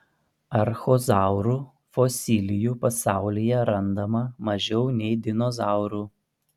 archozaurų fosilijų pasaulyje randama mažiau nei dinozaurų